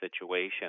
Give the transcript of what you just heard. situation